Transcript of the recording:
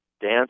dance